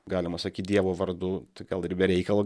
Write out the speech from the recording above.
galima sakyt dievo vardu tai gal ir be reikalo